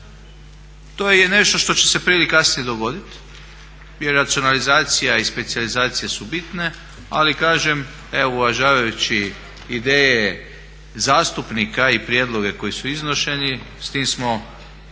To je nešto što će se prije ili kasnije dogodit, jer racionalizacija i specijalizacija su bitne, ali kažem evo uvažavajući ideje zastupnika i prijedloge koji su iznošeni s tim smo,